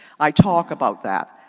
i talk about that.